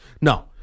No